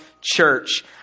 church